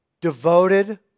devoted